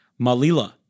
Malila